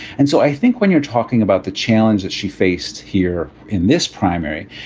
and so i think when you're talking about the challenge that she faced here in this primary,